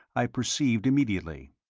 i perceived immediately.